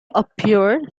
appeared